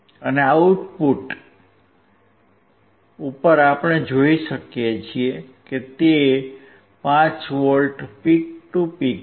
અને આઉટપુટ પર આપણે જોઈ શકીએ છીએ કે તે 5V પીક ટુ પીક છે